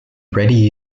ready